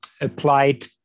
applied